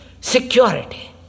security